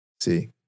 See